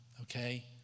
Okay